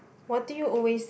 what do you always